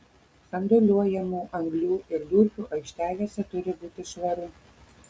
sandėliuojamų anglių ir durpių aikštelėse turi būti švaru